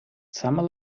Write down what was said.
summer